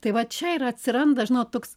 tai va čia ir atsiranda žinot toks